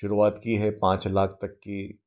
शुरुआत की है पाँच लाख तक की